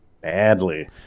badly